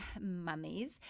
mummies